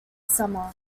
summer